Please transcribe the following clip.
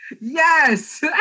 Yes